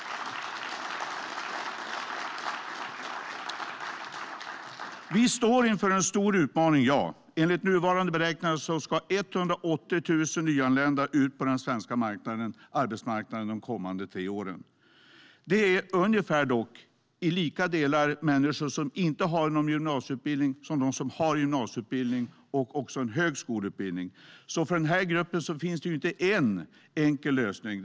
Vi står inför en stor utmaning. Enligt nuvarande beräkningar ska 180 000 nyanlända ut på den svenska arbetsmarknaden de kommande tre åren. Det är dock i lika delar människor som inte har någon gymnasieutbildning som de som har gymnasieutbildning och också en högskoleutbildning. För den gruppen finns det inte en enkel lösning.